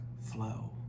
flow